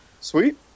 Sweet